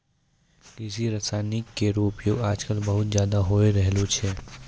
कृषि रसायन केरो उपयोग आजकल बहुत ज़्यादा होय रहलो छै